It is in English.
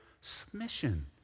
submission